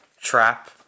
Trap